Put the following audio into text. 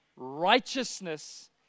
righteousness